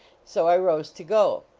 so i rose to go.